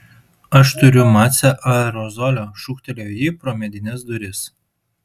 aš turiu mace aerozolio šūktelėjo ji pro medines duris